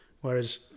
Whereas